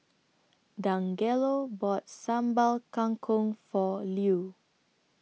Dangelo bought Sambal Kangkong For Lew